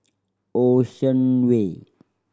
Ocean Way